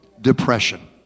depression